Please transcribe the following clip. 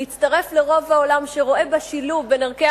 להצטרף לרוב העולם שרואה בשילוב בין ערכי